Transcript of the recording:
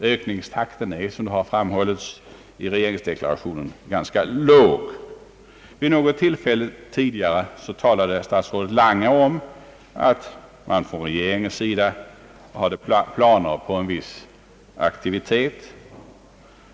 Ökningstakten är, såsom framhållits i regeringsdeklarationen, mycket låg. Vid något tidigare tillfälle talade statsrådet Lange om ati regeringen hade planer på viss aktivitet.